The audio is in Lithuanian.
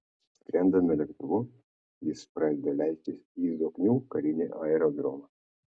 skrendame lėktuvu jis pradeda leistis į zoknių karinį aerodromą